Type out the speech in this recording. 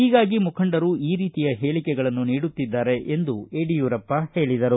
ಹೀಗಾಗಿ ಮುಖಂಡರು ಈ ರೀತಿಯ ಹೇಳಿಕೆಗಳನ್ನು ನೀಡುತ್ತಿದ್ದಾರೆ ಎಂದು ಯಡಿಯೂರಪ್ಪ ಹೇಳಿದರು